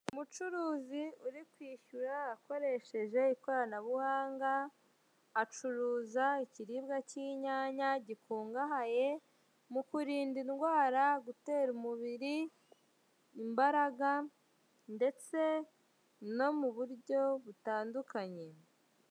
Umucuruzi uri kwishyura akoresheje ikoranabuhanga, acuruza ikiribwa cy'inyanya, gikungahaye mu kurinda indwara, gutera umubiri imbaraga, ndetse no mu buryo butandukanye.